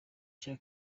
cya